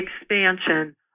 expansion